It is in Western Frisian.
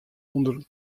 ûnder